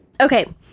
Okay